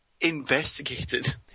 investigated